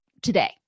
today